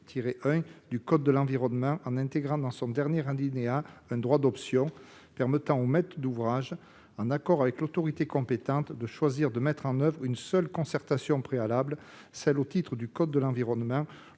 du code de l'environnement, en intégrant dans son dernier alinéa un droit d'option permettant au maître d'ouvrage, en accord avec l'autorité compétente, de choisir de mettre en oeuvre une seule concertation préalable- celle au titre du code de l'environnement